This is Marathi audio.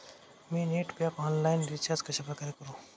मी नेट पॅक ऑनलाईन रिचार्ज कशाप्रकारे करु?